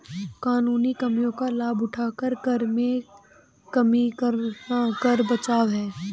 कानूनी कमियों का लाभ उठाकर कर में कमी करना कर बचाव है